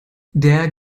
der